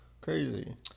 Crazy